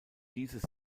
dieses